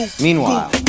Meanwhile